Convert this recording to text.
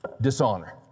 dishonor